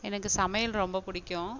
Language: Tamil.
எனக்கு சமையல் ரொம்ப பிடிக்கும்